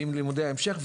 עם לימודי ההמשך,